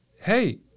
Hey